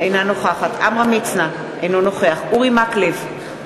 אינה נוכחת עמרם מצנע, אינו נוכח אורי מקלב,